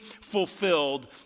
fulfilled